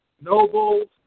nobles